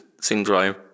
syndrome